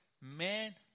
Man